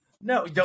No